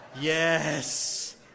Yes